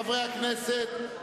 חברי הכנסת,